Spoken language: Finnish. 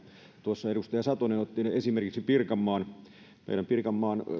tuossa edustaja satonen otti esimerkiksi pirkanmaan meillä pirkanmaan